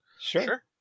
Sure